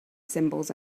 symbols